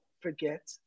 forget